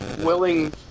willing